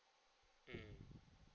mm